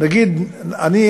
אני,